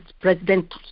President